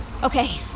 Okay